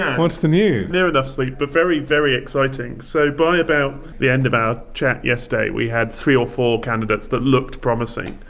what's the news? near enough sleep. but very, very exciting. so by about the end of our chat yesterday we had three or four candidates that looked promising,